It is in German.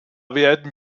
werden